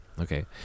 okay